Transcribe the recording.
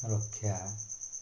ରକ୍ଷା